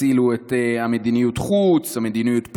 תצילו את מדיניות החוץ, את מדיניות הפנים,